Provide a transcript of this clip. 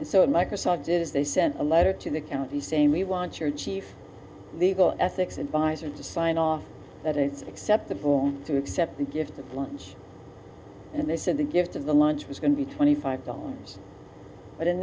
so at microsoft is they sent a letter to the county saying we want your chief legal ethics advisor to sign off that it's acceptable to accept the gift of lunch and they said the gift of the launch was going to be twenty five below us but in